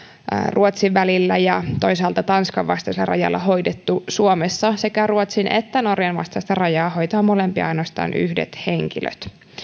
ruotsin välillä ja toisaalta tanskan vastaisella rajalla hoidettu suomessa sekä ruotsin että norjan vastaista rajaa molempia hoitavat ainoastaan yhdet henkilöt